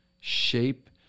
shape